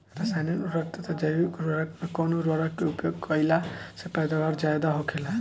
रसायनिक उर्वरक तथा जैविक उर्वरक में कउन उर्वरक के उपयोग कइला से पैदावार ज्यादा होखेला?